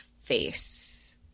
face